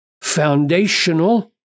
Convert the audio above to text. foundational